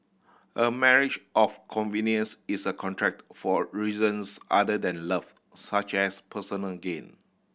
a marriage of convenience is a contracted for reasons other than love such as personal gain